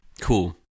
Cool